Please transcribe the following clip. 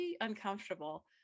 uncomfortable